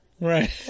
Right